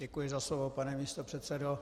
Děkuji za slovo, pane místopředsedo.